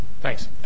Thanks